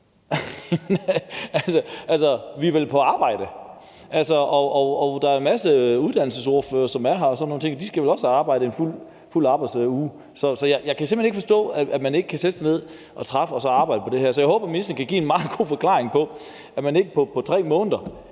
Vi er vel på arbejde. Der er en masse uddannelsesordførere, som er her, og de skal vel også arbejde en fuld arbejdsuge. Så jeg kan simpelt hen ikke forstå, at man ikke kan sætte sig ned og arbejde på det her. Så jeg håber, at ministeren kan give en meget god forklaring på, hvorfor man ikke på 3 måneder